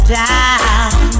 down